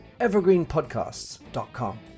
evergreenpodcasts.com